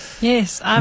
yes